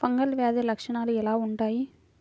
Fungal వ్యాధి లక్షనాలు ఎలా వుంటాయి?